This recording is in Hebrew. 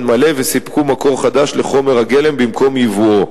מלא וסיפקו מקור חדש לחומר הגלם במקום ייבואו.